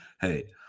Hey